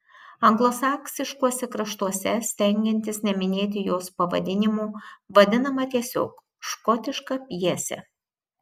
anglosaksiškuose kraštuose stengiantis neminėti jos pavadinimo vadinama tiesiog škotiška pjese